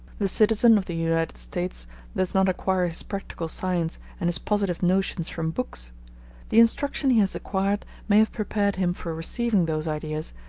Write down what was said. the citizen of the united states does not acquire his practical science and his positive notions from books the instruction he has acquired may have prepared him for receiving those ideas,